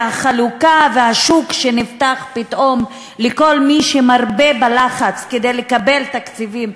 החלוקה והשוק שנפתח פתאום לכל מי שמרבה בלחץ כדי לקבל תקציבים,